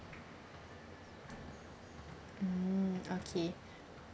mm okay